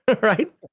right